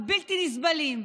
הבלתי-נסבלים,